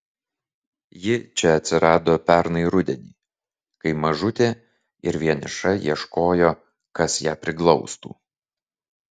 ji čia atsirado pernai rudenį kai mažutė ir vieniša ieškojo kas ją priglaustų